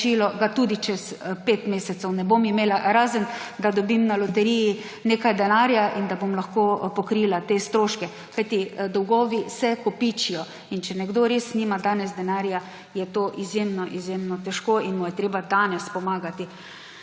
ga tudi čez pet mesecev ne bom imela, razen da dobim na loteriji nekaj denarja, da bom lahko pokrila te stroške, kajti dolgovi se kopičijo. In če nekdo res nima danes denarja, je to izjemno izjemno težko in mu je treba danes pomagati.